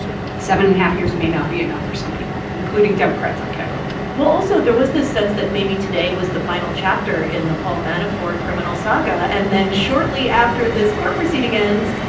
seven and a half years may not be enough for some people, including democrats on capitol hill well, also, there was this sense that maybe today was the final chapter in the paul manafort criminal saga. and then shortly after this court proceeding ends,